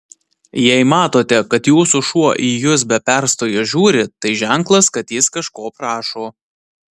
jei matote kad jūsų šuo į jus be perstojo žiūri tai ženklas kad jis kažko prašo